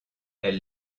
elle